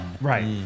right